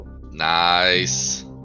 Nice